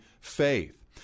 faith